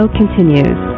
continues